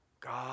god